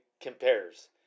compares